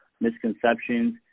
misconceptions